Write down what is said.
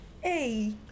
Hey